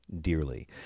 dearly